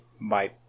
Bye